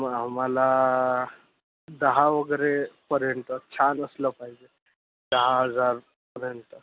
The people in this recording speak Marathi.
आम्हाला दहा वगैरेपर्यंत छान असलं पाहिजे दहा हजारपर्यंत